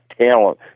talent